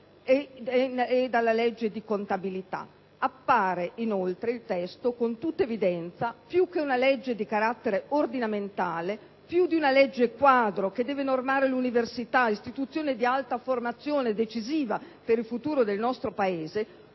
e nella legge di contabilità e finanza pubblica. Il testo appare poi con tutta evidenza più che una legge di carattere ordinamentale, più che una legge quadro che deve normare l'università, istituzione di alta formazione, decisiva per il futuro del nostro Paese,